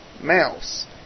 mouse